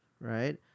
right